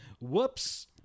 Whoops